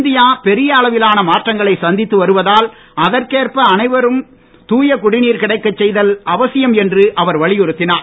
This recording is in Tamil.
இந்தியா பெரிய அளவிலான மாற்றங்களை சந்தித்து வருவதால் அதற்கேற்ப அனைவருக்கும் தூய குடிநீர் கிடைக்கச் செய்தல் அவசியம் என்றும் அவர் வலியுறுத்தினார்